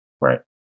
Right